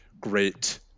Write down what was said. great